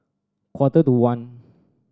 quarter to one